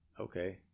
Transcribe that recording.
okay